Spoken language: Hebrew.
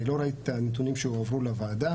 אני לא ראיתי את הנתונים שהועברו לוועדה,